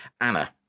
Anna